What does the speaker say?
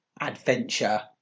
adventure